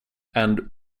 and